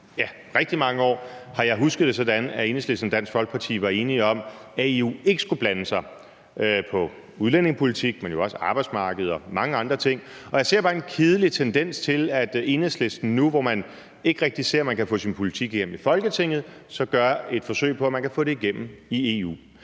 rigtig mange år, sådan husker jeg det, har Enhedslisten og Dansk Folkeparti været enige om, at EU ikke skulle blande sig i udlændingepolitikken, men jo heller ikke i forhold til arbejdsmarkedet og mange andre ting, og jeg ser bare en kedelig tendens til, at Enhedslisten nu, hvor man ikke rigtig kan se at man kan få sin politik igennem i Folketinget, så gør et forsøg på, om man kan få den igennem i EU.